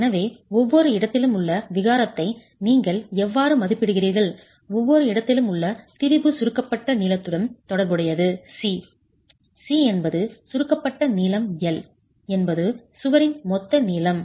எனவே ஒவ்வொரு இடத்திலும் உள்ள விகாரத்தை நீங்கள் எவ்வாறு மதிப்பிடுகிறீர்கள் ஒவ்வொரு இடத்திலும் உள்ள திரிபு சுருக்கப்பட்ட நீளத்துடன் தொடர்புடையது c c என்பது சுருக்கப்பட்ட நீளம் L என்பது சுவரின் மொத்த நீளம்